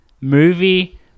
movie